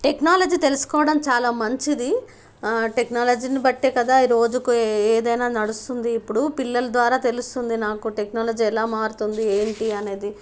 technology తెలుసుకోవడం చాలా మంచిది టెక్నాలజీని బట్టి కదా ఈ రోజుకు ఏదైనా నడుస్తుంది ఇప్పుడు పిల్లల ద్వారా తెలుస్తుంది నాకు టెక్నాలజీ ఎలా మారుతుంది ఏంటి అనేది